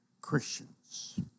Christians